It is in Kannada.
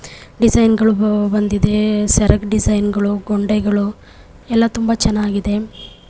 ಡಿಝೈನ್ಗಳು ಬಂದಿದೆ ಸೆರಗು ಡಿಝೈನ್ಗಳು ಗೊಂಡೆಗಳು ಎಲ್ಲ ತುಂಬ ಚೆನ್ನಾಗಿದೆ